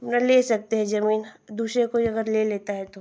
अपना ले सकते हैं ज़मीन दूसरा कोई अगर ले लेता है तो